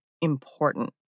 important